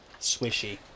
Swishy